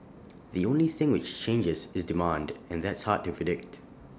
the only thing which changes is demand and that's hard to predict